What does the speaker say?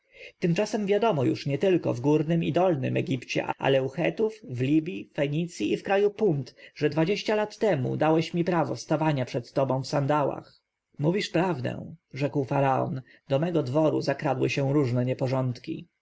tymczasem wiadomo jest nietylko w górnym i dolnym egipcie ale u chetów w libji fenicji i w kraju punt że dwadzieścia lat temu dałeś mi prawo stawania przed tobą w sandałach mówisz prawdę rzekł faraon do mego dworu zakradły się różne nieporządki